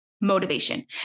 Motivation